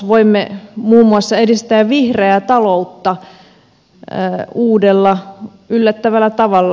voimme muun muassa edistää vihreää taloutta uudella yllättävällä tavalla